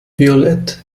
violett